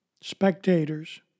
spectators